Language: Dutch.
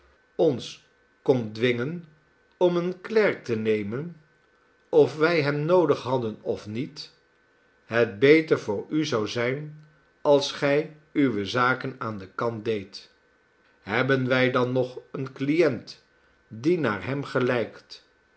ons kon dwingen om een klerk te nemen of wij hem noodig hadden of niet het beter voor u zou zijn als gij uwe zaken aan kant deedt hebben wij dan nog een client die naar hem gelijkt